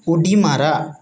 उडी मारा